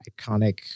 iconic